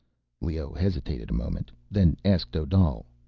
leoh hesitated a moment, then asked odal,